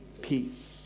peace